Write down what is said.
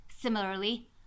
Similarly